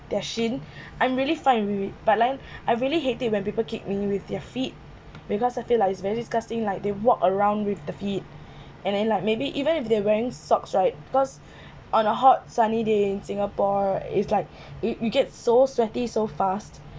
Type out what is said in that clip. their shin I'm really find re~ but then I really hate it when people kicked me with their feet because I feel like it's very disgusting like they walk around with the feet and then like maybe even if they are wearing socks right because on a hot sunny day in singapore is like you you get so sweaty so fast